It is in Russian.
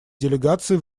делегации